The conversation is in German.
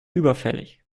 überfällig